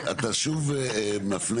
אתה שוב מפלה.